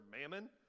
mammon